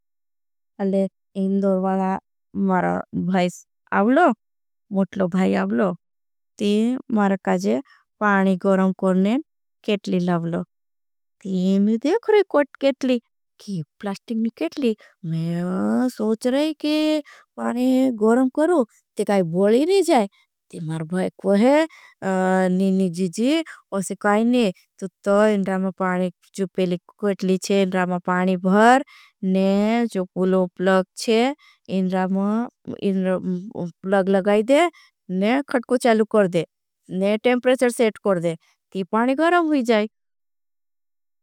अले इन दोर वाला मारा भाई आवलो मोटलो भाई आवलो। ती मारा काजे पानी गरम करनें केटली लावलो ती में देख रही। कोट केटली की प्लास्टिकनी केटली मैं। सोच रही की पानी गरम करू ती काई बोली नहीं जाए ती मारा। भाई को है निनी जी जी उसे काई नहीं तो तो इन रामा पानी। की प्लास्टिकनी केटली चे इन रामा पानी भर नहीं जो कुलो प्लग। चे इन रामा प्लग लगाई दे नहीं खटको चालू। कर दे नहीं टेमप्रेसर सेट कर दे की पानी गरम हुई जा प्लग चे।